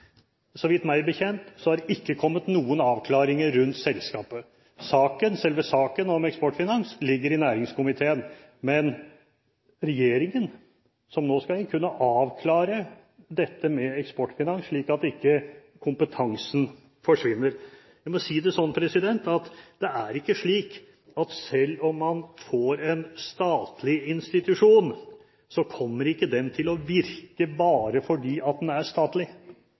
så er det én viktig sak ved dette som ikke har blitt berørt. Eksportfinans besitter en mangeårig kompetanse. De har ansatte som kan dette, og som har et betydelig nettverk. Meg bekjent har det ikke kommet noen avklaringer rundt selskapet. Selve saken om Eksportfinans ligger i næringskomiteen, men regjeringen, som nå skal inn, kunne avklare dette med Eksportfinans, slik at ikke kompetansen forsvinner. Jeg må si det slik at selv om man får en statlig institusjon, kommer ikke